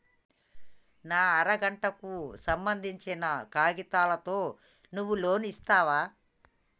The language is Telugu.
నా అర గంటకు సంబందించిన కాగితాలతో నువ్వు లోన్ ఇస్తవా?